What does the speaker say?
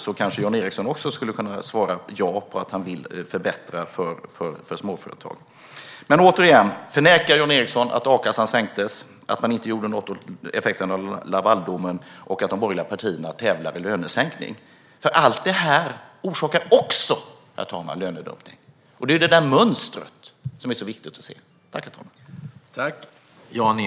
Då kanske han också kan svara ja på om han vill förbättra för småföretag. Återigen: Förnekar Jan Ericson att a-kassan sänktes, att man inte gjorde något åt effekten av Lavaldomen och att de borgerliga partierna tävlar i lönesänkning? Allt detta orsakar också lönedumpning. Det är detta mönster som det är så viktigt att se.